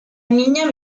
niña